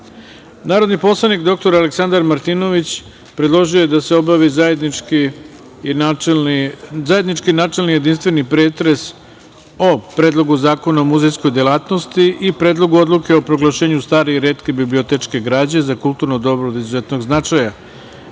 predlog. Narodni poslanik dr Aleksandar Martinović predložio je da se obavi zajednički načelni i jedinstveni pretres o: Predlogu zakona o muzejskoj delatnosti i Predlogu odluke o proglašenju stare i retke bibliotečke građe za kulturno dobro od izuzetnog značaja